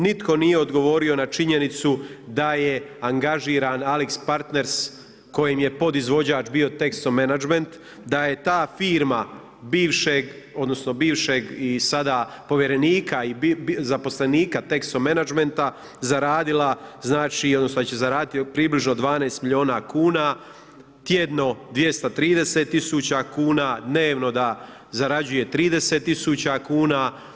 Nitko nije odgovorio na činjenicu da je angažiran AlixPartners kojem je podizvođač bio Texo Management, da je ta firma bivšeg odnosno bivšeg i sada povjerenika i zaposlenika Texo Managementa zaradila, znači odnosno da će zaraditi približno 12 milijuna kuna, tjedno 230000 kuna, dnevno da zarađuje 30000 kuna.